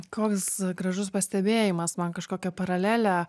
koks gražus pastebėjimas man kažkokia paralelė